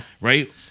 right